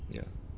ya